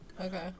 Okay